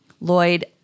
Lloyd